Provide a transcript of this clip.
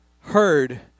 heard